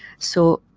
so,